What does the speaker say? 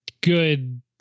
good